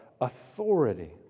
authority